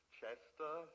Chester